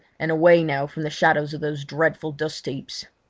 and away now from the shadows of those dreadful dustheaps,